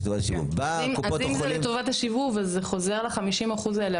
אז אם זה לטובת השיבוב, אז זה חוזר ל-50% האלה.